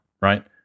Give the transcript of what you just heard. right